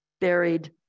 buried